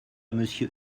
monsieur